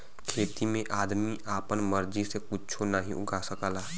खेती में आदमी आपन मर्जी से कुच्छो नाहीं उगा सकला